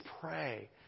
Pray